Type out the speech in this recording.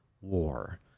war